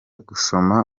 gusoma